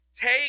Take